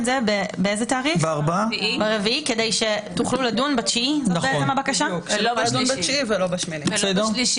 כדי שילמד את נציגי הממשלה לשלוח מייל מתוזמן